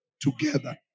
together